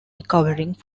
recovering